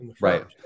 right